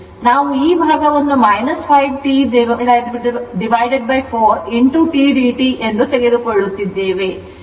ನಾವು ಈ ಭಾಗವನ್ನು 5 T 4 tdt ಎಂದು ತೆಗೆದುಕೊಳ್ಳುತ್ತಿದ್ದೇವೆ